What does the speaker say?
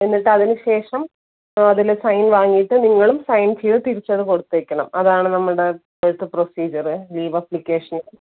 എന്നിട്ട് അതിനുശേഷം അതിൽ സൈൻ വാങ്ങിയിട്ട് നിങ്ങളും സൈൻ ചെയ്ത് തിരിച്ചതുകൊടുത്തേക്കണം അതാണ് നമ്മുടെ ഇപ്പോഴത്തെ പ്രൊസീജർ ലീവ് ആപ്ലിക്കേഷനുള്ള